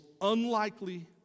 unlikely